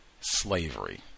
slavery